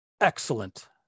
excellent